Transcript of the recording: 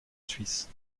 suisse